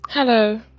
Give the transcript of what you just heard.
hello